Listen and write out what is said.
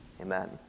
amen